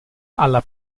alla